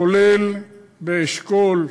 כולל באשכול,